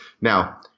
Now